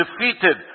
defeated